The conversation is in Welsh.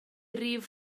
rif